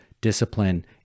discipline